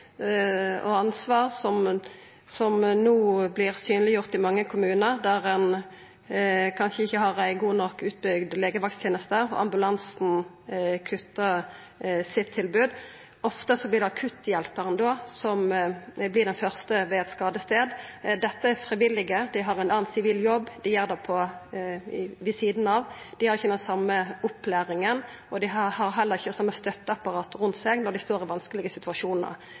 mange kommunar der ein kanskje ikkje har ei godt nok utbygd legevaktteneste, og der ambulansen kuttar i sitt tilbod. Ofte er det akutthjelparen, som er den første ved ein skadestad, som vert kutta ut. Dette er frivillige, dei har ein annan sivil jobb, dei gjer det ved sidan av, dei har ikkje den same opplæringa, og dei har heller ikkje det same støtteapparatet rundt seg når dei står i vanskelege situasjonar.